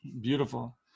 beautiful